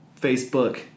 Facebook